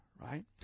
right